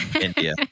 India